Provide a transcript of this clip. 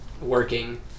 working